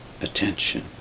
attention